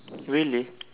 really